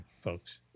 folks